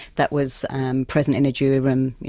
that was present in a jury room, you